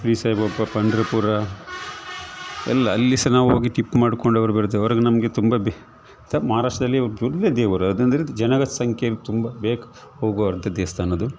ಶಿರಡಿ ಸಾಯಿಬಾಬಾ ಪಂಢರಪುರ ಎಲ್ಲ ಅಲ್ಲಿ ಸಹ ನಾವು ಹೋಗಿ ಟಿಪ್ಪು ಮಾಡ್ಕೊಂಡು ಹೋಗಿ ಬರ್ತೇವೆ ಅವರಂದ್ರೆ ನಮಗೆ ತುಂಬ ಬಿ ಮತ್ತು ಮಹಾರಾಷ್ಟ್ರದಲ್ಲಿ ಫುಲ್ಲು ದೇವರು ಅದ್ರಿಂದಿದ್ದ್ ಜನರ ಸಂಖ್ಯೆ ತುಂಬ ಬೇಕು ಹೋಗುವಂಥ ದೇವ್ಸ್ಥಾನ ಅದು